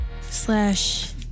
Slash